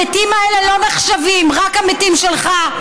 המתים האלה לא נחשבים, רק המתים שלך.